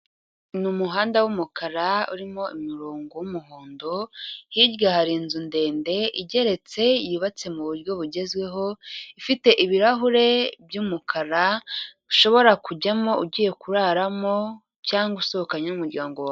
umuhanda w'umukara urimo imirongo y'umuhondo, hirya hari inzu ndende igeretse yubatse mu buryo bugezweho, ifite ibirahure by'umukara ushobora kujyamo ugiye kuraramo cyangwa usohokanye n'umuryango wawe.